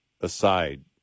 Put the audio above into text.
aside